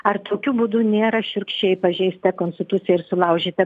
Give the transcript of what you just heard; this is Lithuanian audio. ar tokiu būdu nėra šiurkščiai pažeista konstitucija ir sulaužyta